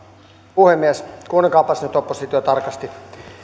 puhemies kuunnelkaapas nyt oppositio tarkasti